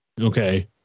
Okay